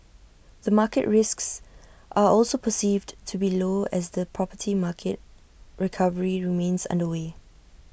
the market risks are also perceived to be low as the property market recovery remains underway